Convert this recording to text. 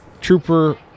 Trooper –